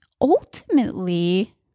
ultimately